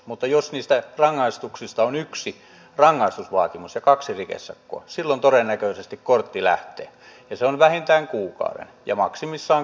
mutta jos niistä rangaistuksista yksi on rangaistusvaatimus ja kaksi rikesakkoa silloin todennäköisesti kortti lähtee ja se on pois vähintään kuukauden ja maksimissaan kuusi kuukautta